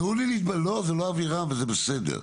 לא, זאת לא האווירה, וזה בסדר.